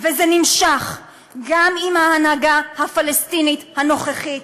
וזה נמשך גם עם ההנהגה הפלסטינית הנוכחית: